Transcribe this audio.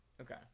Okay